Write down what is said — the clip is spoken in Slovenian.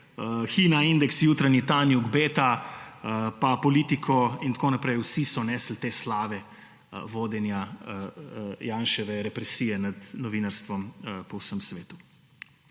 Hina, Indeks, Jutranji tanjuk, Beta, pa Politiko in tako naprej, vsi so nesli te slave vodenje Janševe represije nad novinarstvom po vsem svetu.